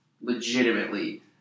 legitimately